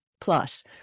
Plus